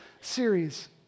series